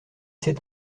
sept